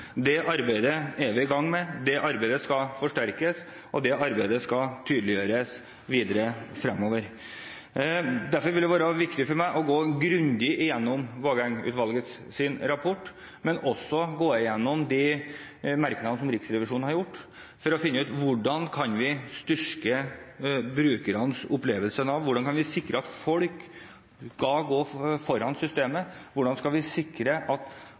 Det arbeidet er vi i gang med. Det arbeidet skal forsterkes, og det arbeidet skal tydeliggjøres videre fremover. Derfor vil det være viktig for meg å gå grundig gjennom Vågeng-utvalgets rapport, men også å gå gjennom de merknadene som Riksrevisjonen har kommet med, for å finne ut hvordan vi kan styrke brukernes opplevelser av Nav, hvordan vi kan sikre at folk går foran systemet, hvordan vi skal sikre at